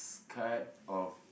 card of